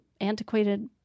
antiquated